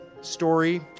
story